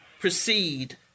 proceed